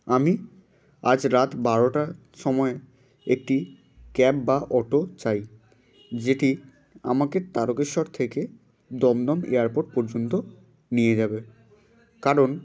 আমি আজ রাত বারোটার সময় একটি ক্যাব বা অটো চাই যেটি আমাকে তারকেশ্বর থেকে দমদম এয়ারপোর্ট পর্যন্ত নিয়ে যাবে কারণ